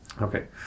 okay